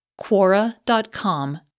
Quora.com